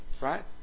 Right